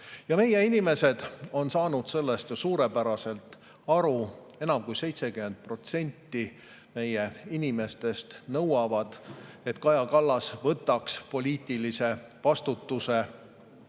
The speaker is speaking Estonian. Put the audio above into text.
Meie inimesed on saanud sellest ju suurepäraselt aru. Enam kui 70% meie inimestest nõuavad, et Kaja Kallas võtaks poliitilise vastutuse.